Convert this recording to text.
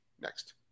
Next